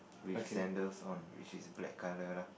with sandles on which is black color lah